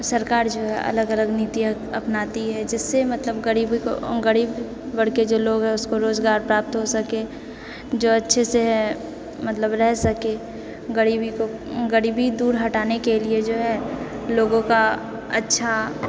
सरकार जो है अलग अलग निति अपनाती है जिससे मतलब गरीबी को गरीब वर्गके जो लोग है उसको रोजगार प्राप्त हो सके जो अच्छे से है मतलब रह सके गरीबी को गरीबी दूर हटाने के लिए जो है लोगो का अच्छा